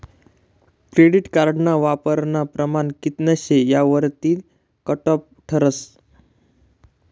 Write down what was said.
credit कार्डना वापरानं प्रमाण कित्ल शे यावरतीन कटॉप ठरस